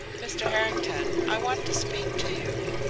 mr. harrington, i want to speak to you,